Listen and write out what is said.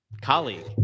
colleague